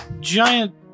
giant